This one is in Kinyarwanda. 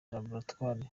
laboratwari